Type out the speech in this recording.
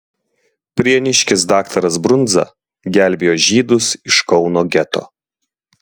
prieniškis daktaras brundza gelbėjo žydus iš kauno geto